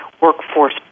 workforce